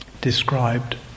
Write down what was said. described